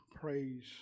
praise